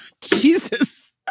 Jesus